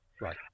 Right